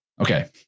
Okay